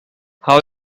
how